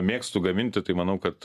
mėgstu gaminti tai manau kad